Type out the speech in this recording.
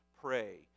Pray